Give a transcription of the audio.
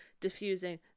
diffusing